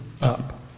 up